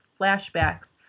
flashbacks